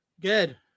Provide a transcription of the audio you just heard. Good